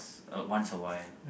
uh once a while